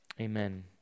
Amen